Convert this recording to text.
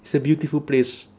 it's a beautiful place